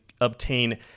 obtain